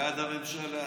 ועד הממשלה,